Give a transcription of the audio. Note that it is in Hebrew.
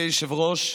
אדוני היושב-ראש,